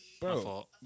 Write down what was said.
Bro